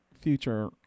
future